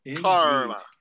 Karma